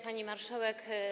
Pani Marszałek!